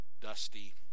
dusty